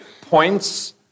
points